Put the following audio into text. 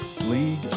league